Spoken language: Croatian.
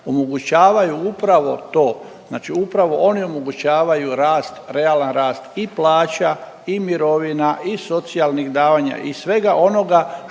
omogućavaju upravo to, znači upravo oni omogućavaju rast, realan rast i plaća i mirovina i socijalnih davanja i svega onoga što